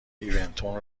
ایوونتون